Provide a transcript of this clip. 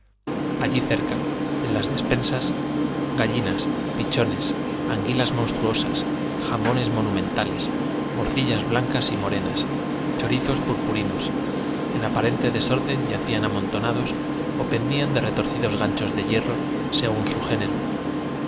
allí cerca en la despensa gallinas pichones anguilas monstruosas jamones monumentales morcillas blancas y morenas chorizos purpurinos en aparente desorden yacían amontonados o pendían de retorcidos ganchos de hierro según su género